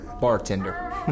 Bartender